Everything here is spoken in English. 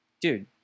dude